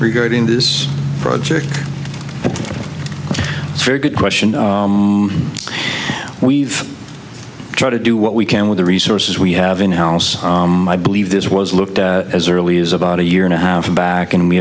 regarding this project a very good question we've tried to do what we can with the resources we have in house i believe this was looked at as early as about a year and a half back and